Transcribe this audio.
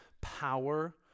power